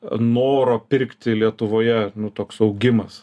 noro pirkti lietuvoje nu toks augimas